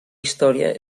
història